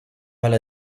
mal